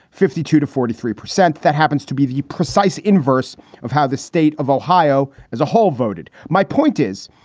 fifty two to forty three percent. that happens to be the precise inverse of how the state of ohio as a whole voted. my point is,